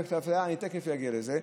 תכף אגיע לזה,